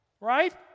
right